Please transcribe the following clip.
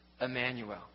Emmanuel